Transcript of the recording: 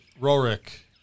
Rorik